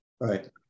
right